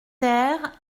ter